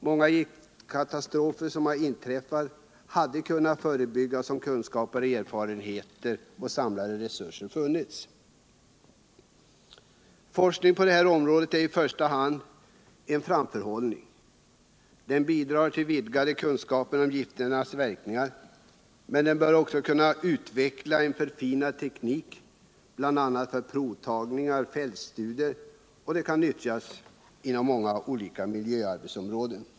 Många giftkatastrofer som inträffat hade kunnat förebyggas om kunskaper, erfarenheter och samlade resurser funnits. Forskning på detta område är i första hand framförhållning. Den bidrar till vidgade kunskaper om gifternas verkningar. men den bör också kunna utveckla den förfinade teknik bl.a. för provtagningar och fältstudier som kan utnyttjas inom många arbetsmiljöområden.